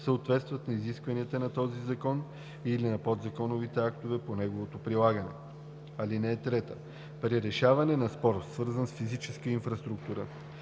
съответстват на изискванията на този закон или на подзаконовите актове по неговото прилагане. (3) При решаване на спор, свързан с физическа инфраструктура,